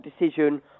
decision